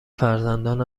فرزندان